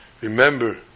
Remember